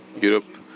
Europe